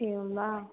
एवं वा